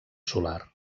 solar